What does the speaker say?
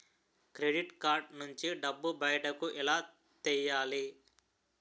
Credit card నుంచి డబ్బు బయటకు ఎలా తెయ్యలి?